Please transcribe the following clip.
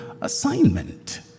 assignment